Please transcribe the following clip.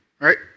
Right